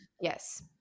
Yes